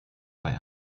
bei